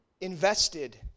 invested